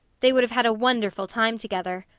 they would have had a wonderful time together.